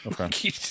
Okay